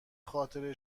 خاطره